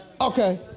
Okay